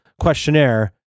questionnaire